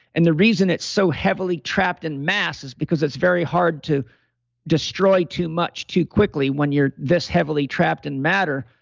and the reason it's so heavily trapped in mass is because it's very hard to destroy too much too quickly when you're this heavily trapped in matter.